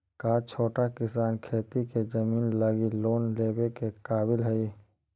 का छोटा किसान खेती के जमीन लगी लोन लेवे के काबिल हई?